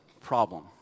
problem